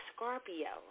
Scorpio